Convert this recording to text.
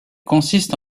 consiste